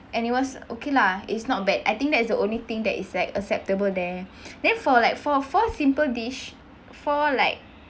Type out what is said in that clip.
and it was okay lah it's not bad I think that's the only thing that is like acceptable there then for like for four simple dish four like